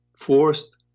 forced